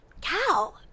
cow